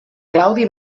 claudi